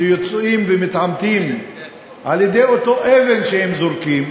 שיוצאים ומתעמתים על-ידי אותה אבן שהם זורקים,